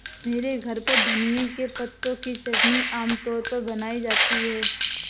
मेरे घर पर धनिए के पत्तों की चटनी आम तौर पर बनाई जाती है